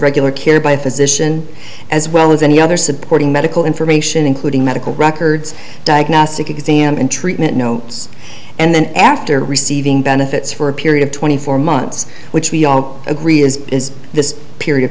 regular care by a physician as well as any other supporting medical information including medical records diagnostic exam and treatment know and then after receiving benefits for a period of twenty four months which we all agree is is this period of